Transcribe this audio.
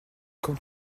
quand